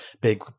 big